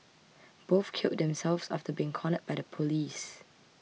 both killed themselves after being cornered by the police